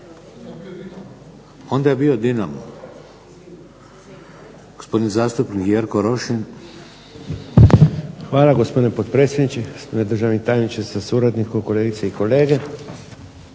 Onda je bio Dinamo. Gospodin zastupnik Jerko Rošin. **Rošin, Jerko (HDZ)** Hvala gospodine potpredsjedniče, gospodine državni tajniče sa suradnikom, kolegice i kolege.